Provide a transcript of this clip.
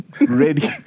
Ready